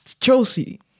Chelsea